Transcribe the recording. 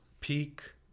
peak